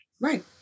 Right